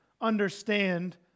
understand